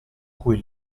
cui